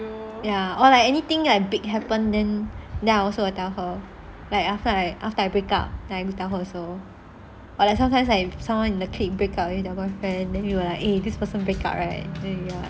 ya or like anything like big happen then I also will tell her like after I after I break up then I will tell her also or like sometimes someone in the clique break up with the boyfriend then we will like eh this person break up right